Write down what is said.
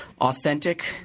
Authentic